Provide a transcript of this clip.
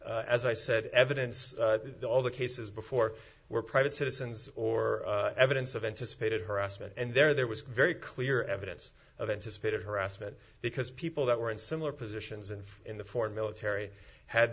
with as i said evidence all the cases before were private citizens or evidence of anticipated harassment and there was very clear evidence of anticipated harassment because people that were in similar positions and in the foreign military had